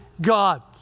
God